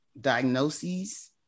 diagnoses